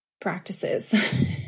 practices